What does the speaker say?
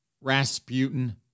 Rasputin